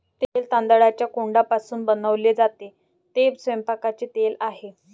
तेल तांदळाच्या कोंडापासून बनवले जाते, ते स्वयंपाकाचे तेल आहे